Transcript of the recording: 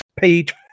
page